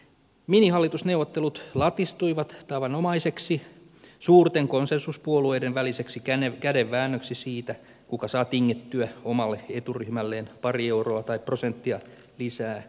minihallitusneuvottelut latistuivat tavanomaiseksi suurten konsensuspuolueiden väliseksi kädenväännöksi siitä kuka saa tingittyä omalle eturyhmälleen pari euroa tai prosenttia lisää etuja